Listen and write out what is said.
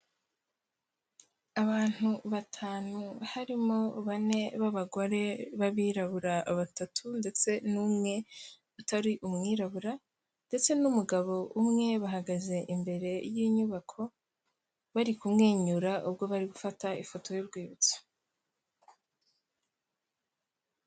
Abantu batanu harimo bane b'abagore b'abirabura batatu ndetse n'umwe utari umwirabura ndetse n'umugabo umwe bahagaze imbere y'inyubako bari kumwenyura, ubwo bari gufata ifoto y'urwibutso.